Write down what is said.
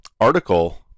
article